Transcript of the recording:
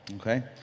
Okay